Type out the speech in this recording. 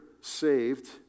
saved